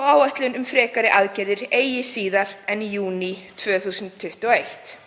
og áætlun um frekari aðgerðir eigi síðar en í júní 2021.“